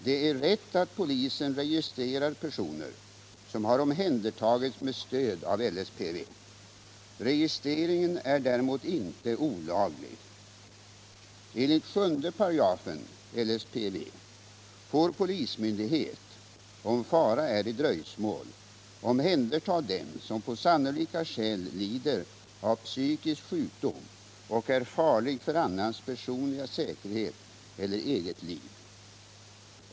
Det är rätt att polisen registrerar personer som har omhändertagits med stöd av LSPV. Registreringen är däremot inte olaglig. Enligt 7 § LSPV får polismyndighet, om fara är i dröjsmål, omhänderta den som på sannolika skäl lider av psykisk sjukdom och är farlig för annans personliga säkerhet eller eget liv.